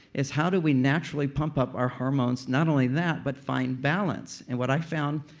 it's how do we naturally pump up our hormones. not only that, but find balance. and what i found,